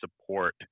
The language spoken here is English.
support